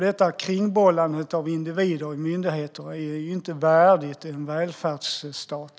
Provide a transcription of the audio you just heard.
Detta kringbollande av individer i myndigheter är inte värdigt en välfärdsstat.